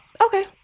okay